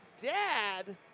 dad